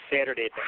Saturday